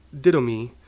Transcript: didomi